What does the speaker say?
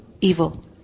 evil